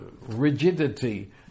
rigidity